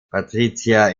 patrizier